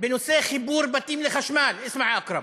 בנושא חיבור בתים לחשמל, אסמע, יא אכרם,